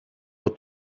will